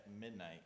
midnight